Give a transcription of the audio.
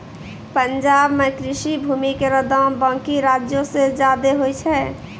पंजाब म कृषि भूमि केरो दाम बाकी राज्यो सें जादे होय छै